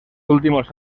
últimos